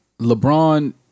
LeBron